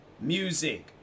music